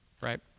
right